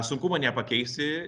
sunkumo nepakeisi